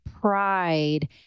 pride